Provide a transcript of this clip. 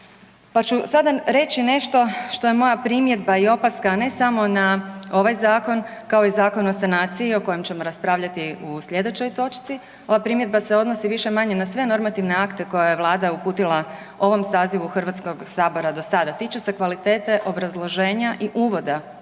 pa ću sada reći nešto što je moja primjedba i opaska, a ne samo na ovaj zakon kao i Zakon o sanaciji o kojem ćemo raspravljati u sljedećoj točci, ova primjedba se odnosi više-manje na sve normativne akte koje je Vlada uputila ovom sazivu HS-a do sada, tiče se kvalitete obrazloženja i uvoda u